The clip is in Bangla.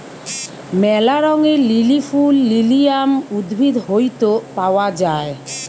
ম্যালা রঙের লিলি ফুল লিলিয়াম উদ্ভিদ হইত পাওয়া যায়